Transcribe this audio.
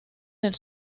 del